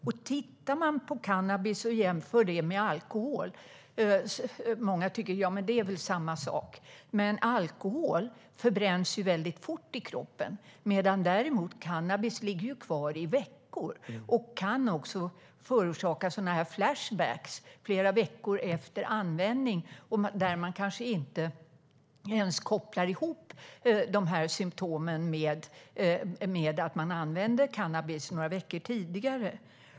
Om man tittar på cannabis och jämför det med alkohol tycker många att det är samma sak. Men alkohol förbränns fort i kroppen, medan cannabis däremot ligger kvar i veckor. Det kan också förorsaka flashbacks flera veckor efter användning, då man kanske inte ens kopplar ihop symtomen med att man använde cannabis några veckor tidigare.